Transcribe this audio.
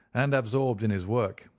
and absorbed in his work,